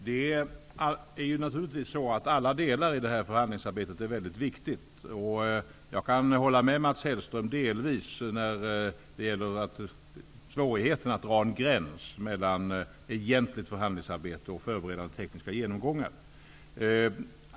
Herr talman! Alla delar i detta förhandlingsarbete är givetvis viktiga. Jag kan delvis hålla med Mats Hellström om svårigheterna att dra en gräns mellan egentligt förhandlingsarbete och förberedande tekniska genomgångar.